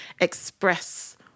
express